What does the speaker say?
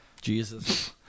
Jesus